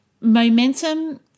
momentum